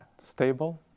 stable